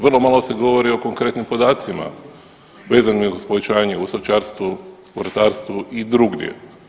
Vrlo malo se govori o konkretnim podacima vezanim uz povećanje u stočarstvu, u ratarstvu i drugdje.